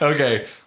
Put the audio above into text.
Okay